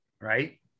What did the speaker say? right